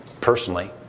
personally